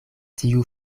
tiu